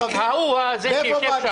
ההורים שלי הגיעו ממדינות ערב.